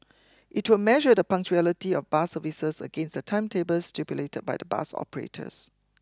it will measure the punctuality of bus services against the timetables stipulated by the bus operators